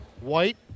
White